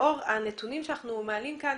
לאור הנתונים שאנחנו מעלים כאן,